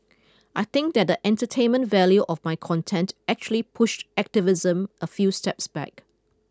I think that the entertainment value of my content actually pushed activism a few steps back